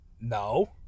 No